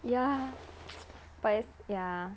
ya but it's ya